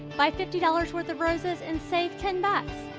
buy fifty dollars worth of roses and save ten bucks!